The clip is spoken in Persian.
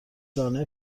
لانه